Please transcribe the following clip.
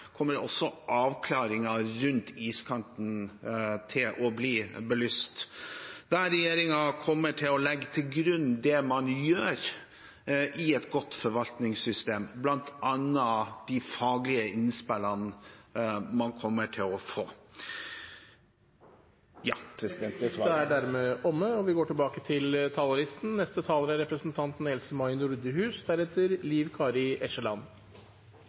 kommer til å legge til grunn det man gjør i et godt forvaltningssystem, bl.a. de faglige innspillene man kommer til å få. Replikkordskiftet er dermed omme. Verden står overfor store klimautfordringer, og vi i energi- og miljøkomiteen og de to statsrådene som er